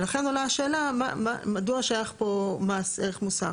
ולכן עולה השאלה מדוע שייך פה מס ערך מוסף?